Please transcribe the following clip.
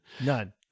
None